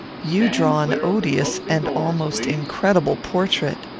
you draw an odious and almost incredible portrait.